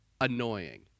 annoying